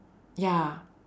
ya